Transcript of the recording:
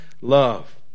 love